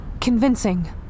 convincing